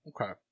Okay